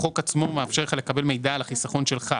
החוק עצמו מאפשר לך לקבל מידע על החיסכון שלך.